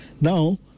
Now